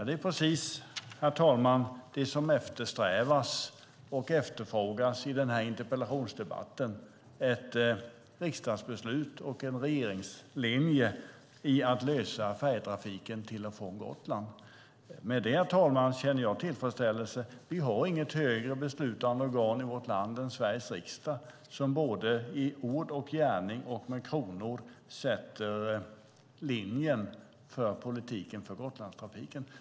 Det är, herr talman, precis detta som eftersträvas och efterfrågas i denna interpellationsdebatt: ett riksdagsbeslut och en regeringslinje i att lösa färjetrafiken till och från Gotland. Med det känner jag tillfredsställelse. Vi har inget högre beslutande organ i vårt land än Sveriges riksdag, som i både ord och gärning samt med kronor sätter linjen för politiken för Gotlandstrafiken.